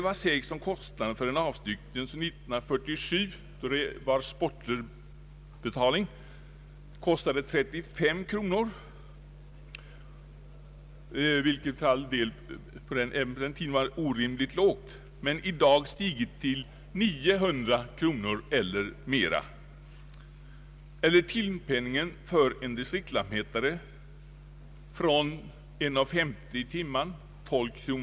Vad sägs om kostnaden för en avstyckning som 1947 var 35 kronor, vilket för all del då var orimligt lågt, men i dag har stigit till 900 kronor eller mer? Ersättningen till en distriktslantmätare har stigit från 1:50 kr. per timme eller 12 kr.